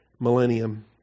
millennium